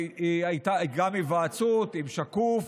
והיא הייתה גם בהיוועצות עם שקוף